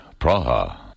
Praha